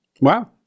Wow